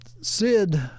Sid